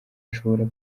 ashobora